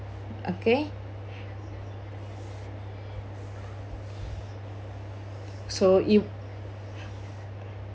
okay so you